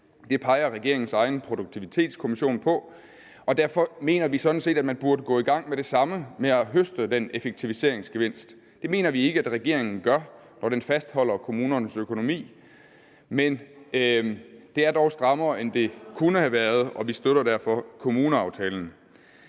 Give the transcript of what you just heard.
Det peger regeringens egen produktivitetskommission på. Derfor mener vi sådan set, at man burde gå i gang med det samme med at høste den effektiviseringsgevinst. Det mener vi ikke regeringen gør, når den fastholder kommunernes økonomi, men det er dog strammere, end det kunne have været, og vi støtter derfor kommuneaftalen.